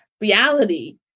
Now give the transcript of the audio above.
reality